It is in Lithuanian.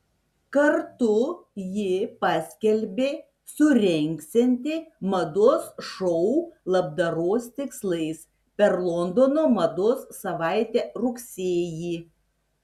kartu ji paskelbė surengsianti mados šou labdaros tikslais per londono mados savaitę rugsėjį